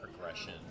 progression